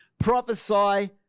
Prophesy